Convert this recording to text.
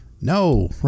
No